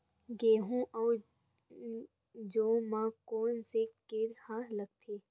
गेहूं अउ जौ मा कोन से कीट हा लगथे?